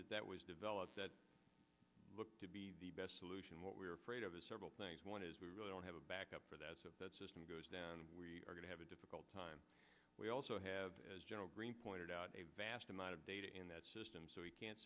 time that was developed that looked to be the best solution what we are afraid of is several things one is we really don't have a backup for that so that system goes down and we are going to have a difficult time we also have as general grange pointed out a vast amount of data in that system so we can't